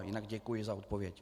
Jinak děkuji za odpověď.